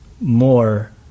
more